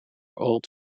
old